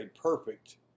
perfect